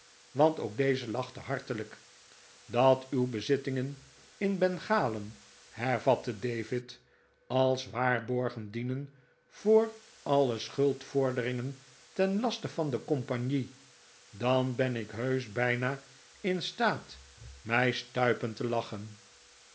want ook deze lachte hartelijk dat uw bezittingen in bengalen hervatte david als waarborgen dienen voor alle schuldvorderingen ten laste van de compagnie dan ben ik heusch bijna in staat mij stuipen te lachen